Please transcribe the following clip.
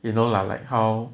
you know lah like how